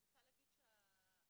אני רוצה להגיד שהניטור